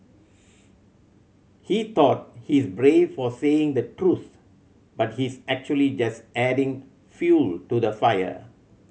he thought he's brave for saying the truth but he's actually just adding fuel to the fire